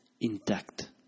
intact